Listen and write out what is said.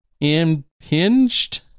Impinged